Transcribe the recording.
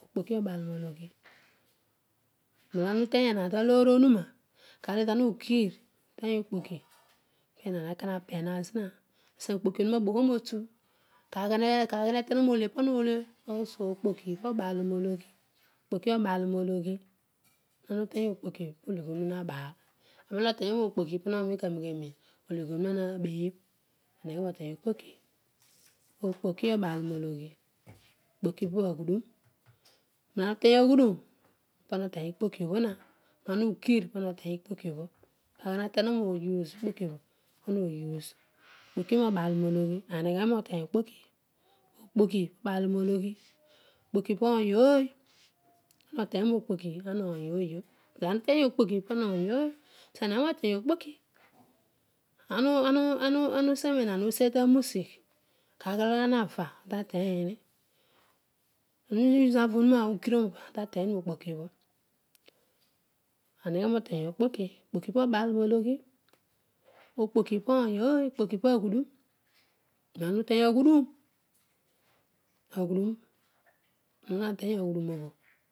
Ikpoki obaalniloghi ezobho ana ateny nenaan taloor onuna bho kezo kezo ana ugii uteny nokpoki penaan eko napeel mazna aseghe nokpo ki onina abogho otu kan ken olo retao ana ode pana ole cus okpoki onan aroologhi ana uteny okpoki pologhi oruo nada bha ona otenyio nokpoki pologhi onuna nabeoh ereghe noteny okpoki okpoki obaalneni mologhi okpoki paghudun neplo ana uteny naghudun pana oteny okpoki obho na ibha na ughr pana oteny na okpokiobho na aneghe motena okpokipo ony ooy okpokipaghel duno nenoolo ana uteny naghudun aghuduro ana teny aghudun obho